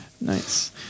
nice